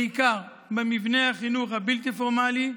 בעיקר במבני החינוך הבלתי-פורמלי,